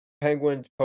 Penguins